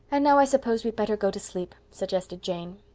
and now i suppose we'd better go to sleep, suggested jane.